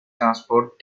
transport